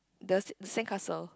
the sand castle